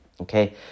okay